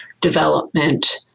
development